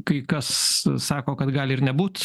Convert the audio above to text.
kai kas sako kad gali ir nebūt